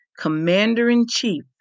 commander-in-chief